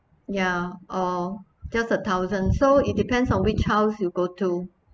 ya or just a thousand so it depends on which house you go to